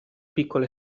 piccole